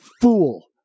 fool